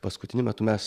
paskutiniu metu mes